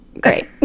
great